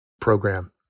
program